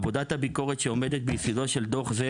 עבודת הביקורת שעומדת ביסודו של דוח זה